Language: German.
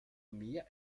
mehr